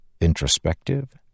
introspective